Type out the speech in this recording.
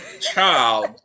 child